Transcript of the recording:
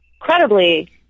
credibly